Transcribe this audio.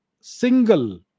Single